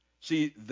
See